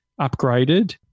upgraded